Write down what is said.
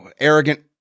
arrogant